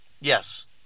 Yes